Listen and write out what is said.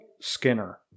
Skinner